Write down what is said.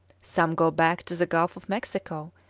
some go back to the gulf of mexico,